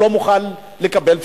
הוא לא מוכן לקבל פשרות.